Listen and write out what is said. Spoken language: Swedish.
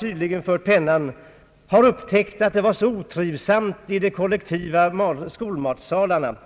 tydligen fört pennan — har upptäckt att det var så otrivsamt för barnen i de kollektiva skolmatsalarna.